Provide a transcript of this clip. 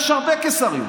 יש הרבה קיסריות,